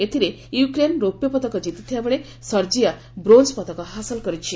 ଏଥିରେ ୟୁକ୍ରେନ ରୌପ୍ୟପଦକ ଜିତିଥିବା ବେଳେ ସର୍ଜିଆ ବ୍ରୋଞ୍ଜପଦକ ହାସଲ କରିଛି